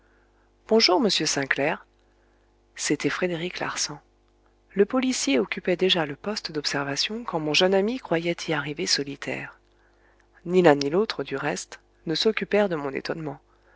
bonjour monsieur sainclair c'était frédéric larsan le policier occupait déjà le poste d'observation quand mon jeune ami croyait y arriver solitaire ni l'un ni l'autre du reste ne s'occupèrent de mon étonnement